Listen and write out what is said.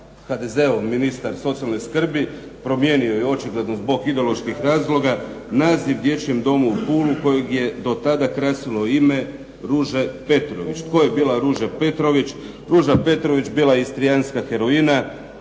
HDZ-ov ministar socijalne skrbi promijenio je očigledno zbog ideoloških razloga naziv dječjem domu u Puli kojeg je do tada krasilo ime "Ruža Petrović". Tko je bila Ruža Petrović? Ruža Petrović bila je istrijanska heroina.